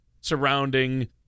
surrounding